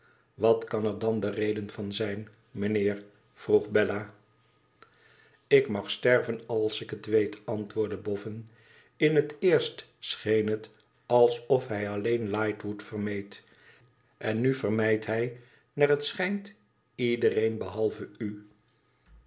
wat kan er dan de reden van zijn mijnheer vroeg bella tik mag sterven als ik het weet antwoordde boffin in het eerst scheen het alsof hij alleen lightwood vermeed en nu vermijdt hij naar het schijnt iedereen behalve u